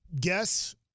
Guess